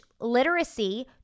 literacy